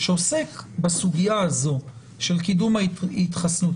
שעוסק בסוגיה הזאת של קידום ההתחסנות?